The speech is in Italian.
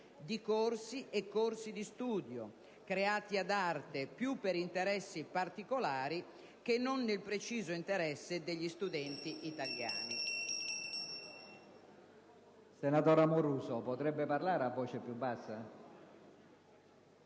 di corsi e corsi di studio, creati ad arte più per interessi particolari che non nel preciso interesse degli studenti italiani.